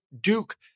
Duke